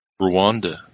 Rwanda